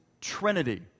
Trinity